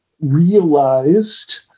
realized